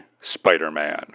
Spider-Man